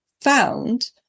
found